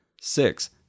Six